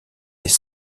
les